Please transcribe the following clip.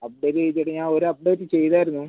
update ചെയ്തിട്ട് ഞാൻ ഒരു അപ്ഡേറ്റ് ചെയ്തായിരുന്നു